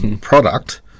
product